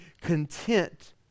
content